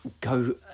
go